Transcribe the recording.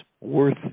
worth